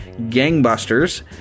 gangbusters